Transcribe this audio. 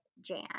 Jan